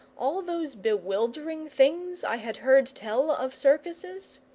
all those bewildering things i had heard tell of circuses?